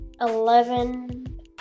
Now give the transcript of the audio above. Eleven